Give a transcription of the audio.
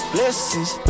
Blessings